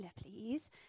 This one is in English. please